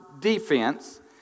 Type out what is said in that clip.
defense